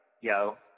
yo